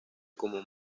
como